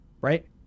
right